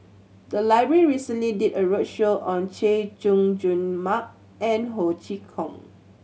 the library recently did a roadshow on Chay Jung Jun Mark and Ho Chee Kong